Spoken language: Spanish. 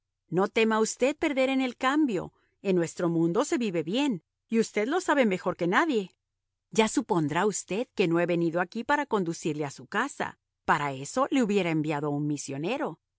no tema usted perder en el cambio en nuestro mundo se vive bien y usted lo sabe mejor que nadie ya supondrá usted que no he venido aquí para conducirle a su casa para eso le hubiera enviado a un misionero